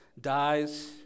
dies